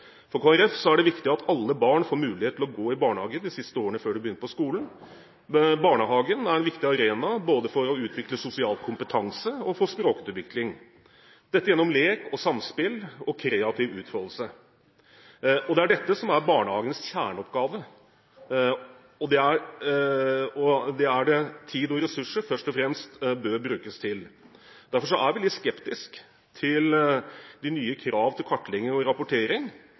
For Kristelig Folkeparti er det viktig at alle barn får mulighet til å gå i barnehage de siste årene før de begynner på skolen. Barnehagen er en viktig arena både for å utvikle sosial kompetanse og for språkutvikling – gjennom lek og samspill og gjennom kreativ utfoldelse. Det er dette som er barnehagens kjerneoppgave, og det er dette tid og ressurser først og fremst bør brukes til. Derfor er vi litt skeptiske til de nye kravene til kartlegging og rapportering,